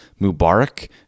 Mubarak